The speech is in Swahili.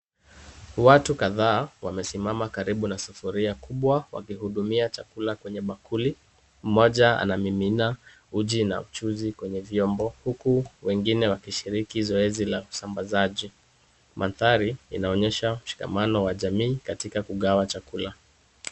Watu kadhaa wamesimama karibu na sufuria kubwa wakihudumia chakula kwenye bakuli. Mmoja anamimina uji na uchuzi kwenye vyombo huku wengine wakishiriki zoezi la kusambazaji. Mandhari inaonyesha mshikamano wa jamii katika kugawa chakula.